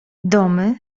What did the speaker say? domy